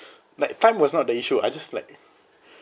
like time was not the issue I just like